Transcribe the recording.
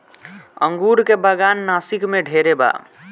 अंगूर के बागान नासिक में ढेरे बा